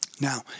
Now